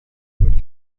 بود